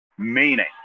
Meaning